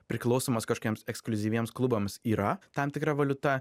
priklausymas kažkokiems ekskliuzyviems klubams yra tam tikra valiuta